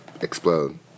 explode